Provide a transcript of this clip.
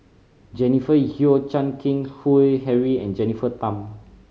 Jennifer Yeo Chan Keng Howe Harry and Jennifer Tham